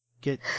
get